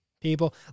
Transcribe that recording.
people